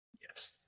Yes